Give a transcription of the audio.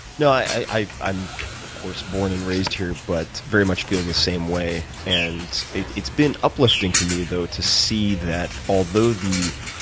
no, i'm of course born and raised here, but very much feel the same way. and it's it's been uplifting to me, though, to see that although the